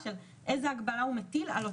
איפה התפקיד שלנו?